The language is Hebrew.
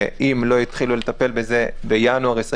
שאם לא יתחילו לטפל בזה בינואר 2021